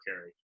carry